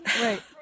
Right